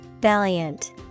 Valiant